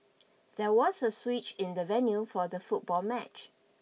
there was a switch in the venue for the football match